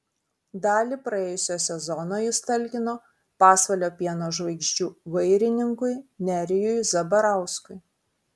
dalį praėjusio sezono jis talkino pasvalio pieno žvaigždžių vairininkui nerijui zabarauskui